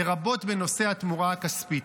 לרבות בנושא התמורה הכספית.